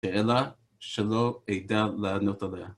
ואלא שלא אדע לענות עליה.